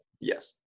Yes